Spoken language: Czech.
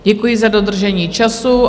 Děkuji za dodržení času.